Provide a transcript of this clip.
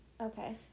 Okay